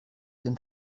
den